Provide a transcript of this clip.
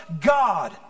God